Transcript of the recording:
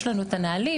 יש לנו את הנהלים,